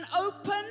open